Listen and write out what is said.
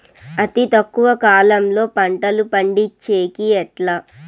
అతి తక్కువ కాలంలో పంటలు పండించేకి ఎట్లా?